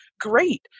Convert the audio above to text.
great